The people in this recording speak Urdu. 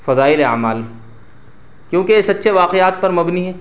فضائل اعمال کیونکہ یہ سچے واقعات پر مبنی ہے